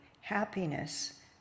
happiness